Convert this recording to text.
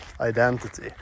identity